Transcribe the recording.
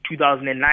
2009